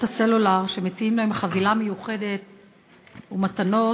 הסלולר שמציעים להם חבילה מיוחדת ומתנות,